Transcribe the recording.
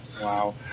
Wow